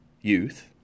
Youth